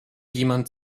jemand